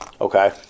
Okay